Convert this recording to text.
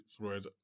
right